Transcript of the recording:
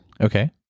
Okay